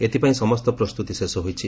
ଏଥିପାଇଁ ସମସ୍ତ ପ୍ରସ୍ତୁତି ଶେଷ ହୋଇଛି